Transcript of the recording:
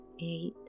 Eight